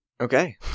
okay